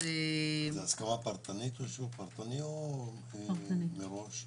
בצורה פרטנית או מראש?